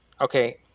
Okay